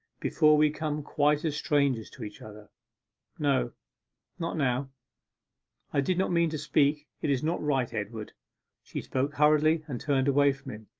before we become quite as strangers to each other no not now i did not mean to speak it is not right, edward she spoke hurriedly and turned away from him,